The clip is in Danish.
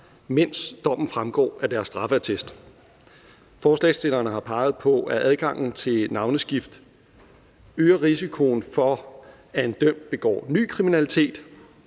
mens dommen fremgår af deres straffeattester. Forslagsstillerne peger dels på, at adgangen til navneskift øger risikoen for, at en dømt begår ny kriminalitet,